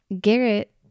Garrett